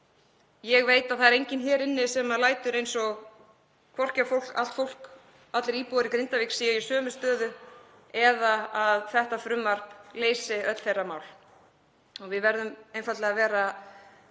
Ég veit að það er enginn hér inni sem lætur eins og allir íbúar í Grindavík séu í sömu stöðu eða að þetta frumvarp leysi öll þeirra mál. Við verðum einfaldlega að vera